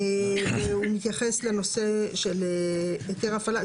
והוא מתייחס לנושא של היתר הפעלה,